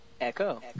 Echo